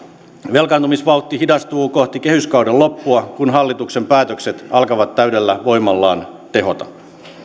velkaantumisvauhti hidastuu kohti kehyskauden loppua kun hallituksen päätökset alkavat täydellä voimallaan tehota